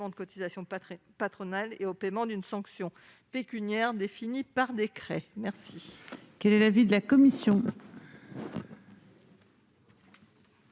de cotisation patronale et le paiement d'une sanction pécuniaire définie par décret. Quel